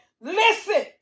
Listen